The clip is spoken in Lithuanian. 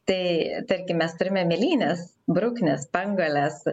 tai tarkim mes turime mėlynes bruknes spanguoles